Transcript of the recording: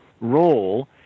role